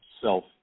self